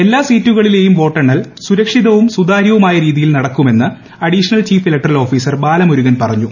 എല്ലാ സീറ്റുകളിലെയും വോട്ടെണ്ണൽ സുരക്ഷിതവും സുതാര്യവുമായ രീതിയിൽ നടക്കുമെന്ന് additional chief electoral officer Balamurugan പറഞ്ഞു